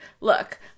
Look